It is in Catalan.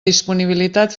disponibilitat